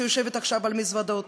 שיושבת עכשיו על מזוודות?